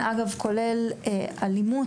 אגב, כולל אלימות.